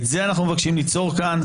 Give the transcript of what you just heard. את זה אנחנו מבקשים ליצור כאן.